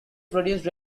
produce